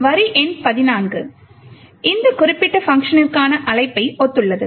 எனவே வரி எண் 14 இந்த குறிப்பிட்ட பங்க்ஷனிற்கான அழைப்பை ஒத்துள்ளது